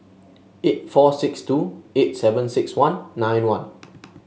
eight four six two eight seven six one nine one